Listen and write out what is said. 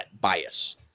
bias